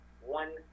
one